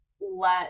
let